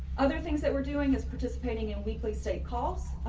other things that we're doing as participating in weekly stay calls.